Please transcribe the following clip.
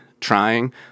trying